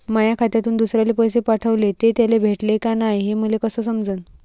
माया खात्यातून दुसऱ्याले पैसे पाठवले, ते त्याले भेटले का नाय हे मले कस समजन?